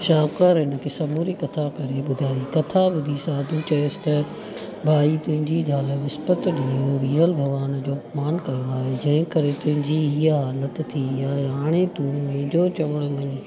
शाहूकार हिनखे समूरी कथा करे ॿुधाई कथा ॿुधी साधू चयसि त भाई तुंहिंजी ज़ाल विस्पति ॾींहुं विरल भॻवान जो अपमानु कयो आहे जंहिं करे तुंहिंजी इहा हालति थी आहे हाणे तूं मुंहिंजो चवणु मञ